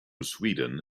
sweden